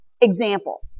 example